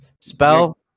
Spell